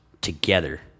together